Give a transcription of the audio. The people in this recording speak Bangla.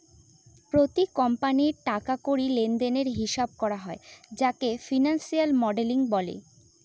প্রতি কোম্পানির টাকা কড়ি লেনদেনের হিসাব করা হয় যাকে ফিনান্সিয়াল মডেলিং বলে